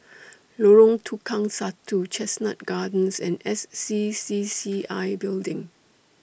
Lorong Tukang Satu Chestnut Gardens and S C C C I Building